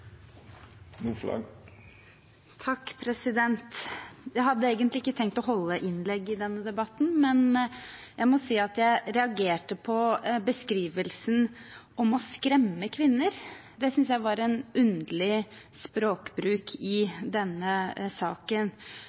Jeg hadde egentlig ikke tenkt å holde innlegg i denne debatten, men jeg reagerte på beskrivelsen om å «skremme» kvinner. Det synes jeg var en underlig språkbruk i denne saken.